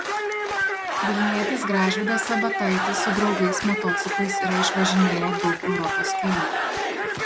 vilnietis gražvydas sabataitis su draugais motociklais yra išvažinėję daug europos kelių